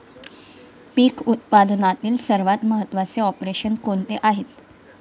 पीक उत्पादनातील सर्वात महत्त्वाचे ऑपरेशन कोणते आहे?